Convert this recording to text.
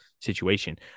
situation